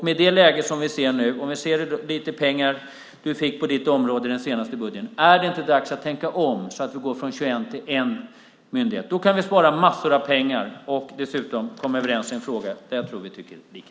Med det läge som vi ser nu, om vi ser hur lite pengar du fick på ditt område i den senaste budgeten, är det inte dags att tänka om, så att vi går från 21 myndigheter till 1 myndighet? Då kan vi spara massor av pengar och dessutom komma överens i en fråga där jag tror att vi tycker lika.